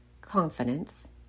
confidence